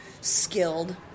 skilled